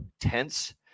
tense